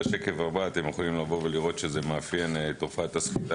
בשקף אתם יכולים לראות שתופעת הסחיטה